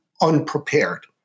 unprepared